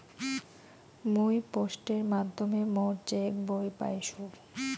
মুই পোস্টের মাধ্যমে মোর চেক বই পাইসু